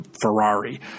Ferrari